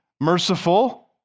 merciful